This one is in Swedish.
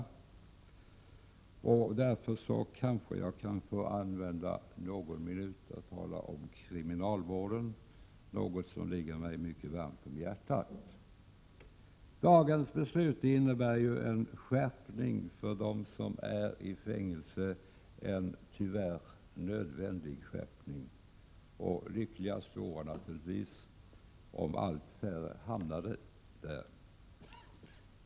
Jag skulle därför vilja använda någon minut till att tala om kriminalvården, en fråga — Prot. 1987/88:133 som ligger mig mycket varmt om hjärtat. Dagens beslut innebär en skärpning 3 juni 1988 för dem som sitter i fängelse. Det är, tyvärr, en nödvändig skärpning. Men det vore, naturligtvis, lyckligast om allt färre hamnade där.